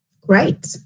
Great